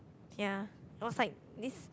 ya it was like this